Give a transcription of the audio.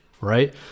Right